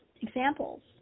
examples